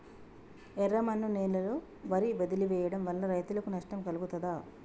ఎర్రమన్ను నేలలో వరి వదిలివేయడం వల్ల రైతులకు నష్టం కలుగుతదా?